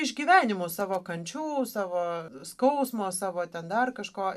išgyvenimų savo kančių savo skausmo savo ten dar kažko